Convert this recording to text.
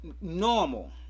normal